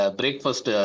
breakfast